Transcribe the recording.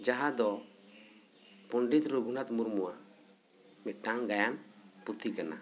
ᱡᱟᱦᱟᱸ ᱫᱚ ᱯᱚᱸᱰᱤᱛ ᱨᱟᱹᱜᱷᱩᱱᱟᱛ ᱢᱩᱨᱢᱩᱣᱟᱜ ᱢᱤᱫ ᱴᱟᱝ ᱜᱟᱭᱟᱱ ᱯᱩᱛᱷᱤ ᱠᱟᱱᱟ